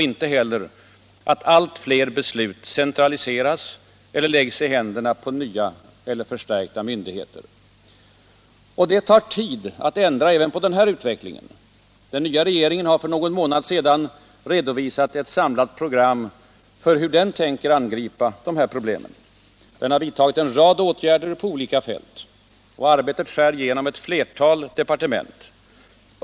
Inte heller att allt fler beslut centraliseras eller läggs i händerna på nya eller förstärkta myndigheter. Det tar tid att ändra även på den här utvecklingen. Den nya regeringen har för någon månad sedan redovisat ett samlat program för hur den tänker angripa dessa problem. Den har vidtagit en rad åtgärder på olika fält. Arbetet skär igenom ett flertal departement.